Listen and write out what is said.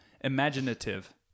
imaginative